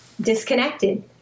disconnected